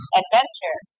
adventure